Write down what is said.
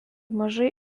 mažai